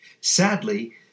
Sadly